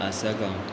Assagao